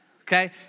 okay